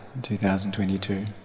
2022